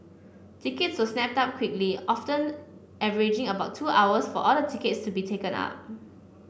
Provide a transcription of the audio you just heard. tickets were snapped up quickly often averaging about two hours for all the tickets to be taken up